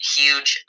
huge